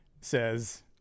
says